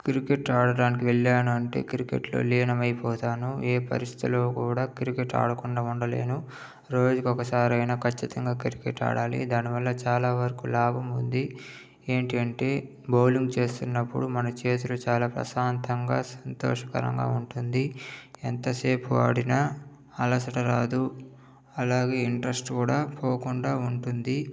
cricket ఆడడానికి వెళ్లాలనంటే క్రికెట్లో లీనమైపోతాను ఏ పరిస్థితిలో కూడా క్రికెట్ ఆడకుండా ఉండలేను రోజుకు ఒకసారైనా ఖచ్చింతంగా క్రికెట్ ఆడాలి దాని వల్ల చాలా వరకు లాభం ఉంది ఏంటి అంటే బోలింగ్ చేస్తునప్పుడు మన చేతులు చాలా ప్రశాంతాంగా సంతోషకరంగా ఉంటుంది ఎంత సేపు ఆడిన అలసట రాదు అలాగే ఇంట్రెస్ట్ కూడా పోకుండా ఉంటుంది